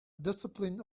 discipline